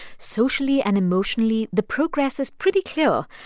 socially and emotionally, the progress is pretty clear.